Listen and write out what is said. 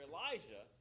Elijah